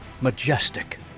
majestic